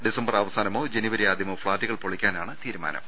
December അവസാനമോ January ആദ്യമോ ഫ്ളാറ്റുകൾ പൊളിക്കാനാണ് തീരുമാനം